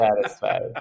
Satisfied